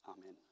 amen